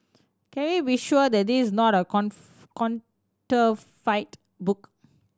can we be sure that this is not a counterfeit book